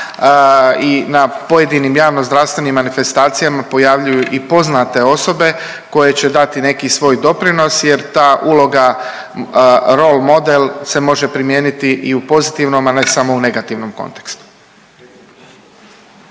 i na pojedinim javnozdravstvenim manifestacijama pojavljuju i poznate osobe koje će dati neki svoj doprinos jer ta uloga role model se može primijeniti i u pozitivnom, a ne samo u negativnom kontekstu.